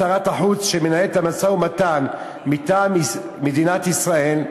ששרת החוץ שמנהלת את המשא-ומתן מטעם מדינת ישראל,